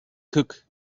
guckt